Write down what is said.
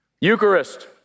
Eucharist